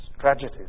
tragedies